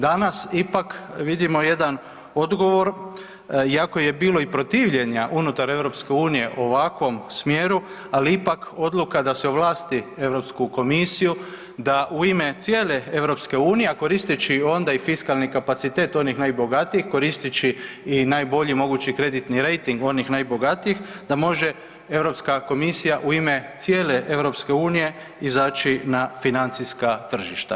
Danas ipak vidimo jedan odgovor, iako je bilo protivljenja unutar EU o ovakvom smjeru, ali ipak da se ovlasti Europsku komisiju da u ime cijele EU, a koristeći onda i fiskalni kapacitet onih najbogatijih, koristeći i najbolji mogući kreditni rejting onih najbogatijih da može Europska komisija u ime cijele EU izaći na financijska tržišta.